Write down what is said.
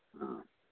ହଁ